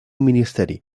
ministeri